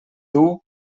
dur